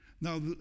Now